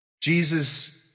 Jesus